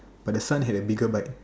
but the son had a bigger bike